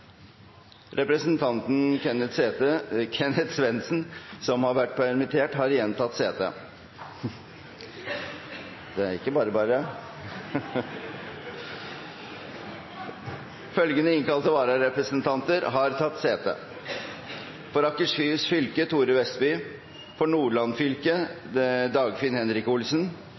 Representanten Kenneth Svendsen, som har vært permittert, har igjen tatt sete. Følgende innkalte vararepresentanter har tatt sete: For Akershus fylke: Thore Vestby For Nordland fylke: Dagfinn